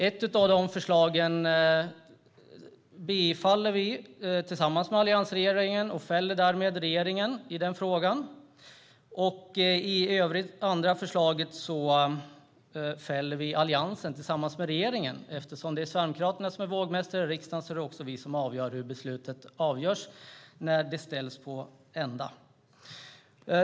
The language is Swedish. Ett av de förslagen stöder vi tillsammans med allianspartierna och fäller därmed regeringens förslag i den frågan. När det gäller det andra förslaget fäller vi det tillsammans med regeringen. Eftersom det är Sverigedemokraterna som är vågmästare i riksdagen är det också vi som avgör beslutet när det ställs på sin spets.